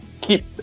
keep